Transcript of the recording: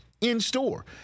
in-store